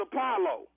Apollo